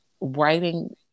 writing